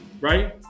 Right